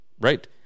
Right